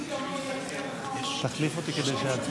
ראיתי שהוא מדבר תוך כדי.